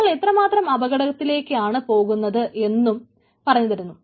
നമ്മൾ എത്രമാത്രം അപകടത്തിലേക്ക് ആണ് പോകുന്നത് എന്നും പറഞ്ഞു തരുന്നു